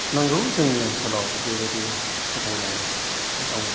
नंगौ जोंनि ओनसोलाव बेबायदि फोथायनाया दङ